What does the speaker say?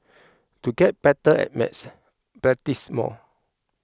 to get better at maths practise more